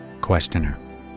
Questioner